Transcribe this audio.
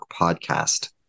podcast